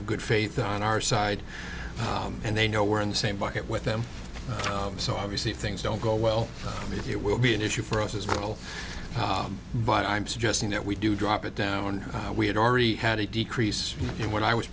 of good faith on our side and they know we're in the same bucket with them so obviously if things don't go well it will be an issue for us as well but i'm suggesting that we do drop it down we had already had a decrease in what i was